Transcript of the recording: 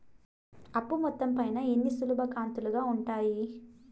అప్పు మొత్తం పైన ఎన్ని సులభ కంతులుగా ఉంటాయి?